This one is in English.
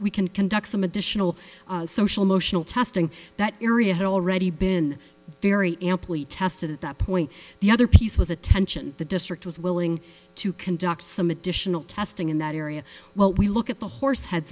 can conduct some additional social motional testing that area had already been very amply tested at that point the other piece was attention the district was willing to conduct some additional testing in that area what we look at the horse heads